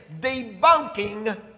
debunking